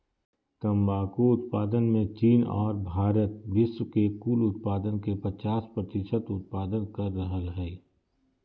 तंबाकू उत्पादन मे चीन आर भारत विश्व के कुल उत्पादन के पचास प्रतिशत उत्पादन कर रहल हई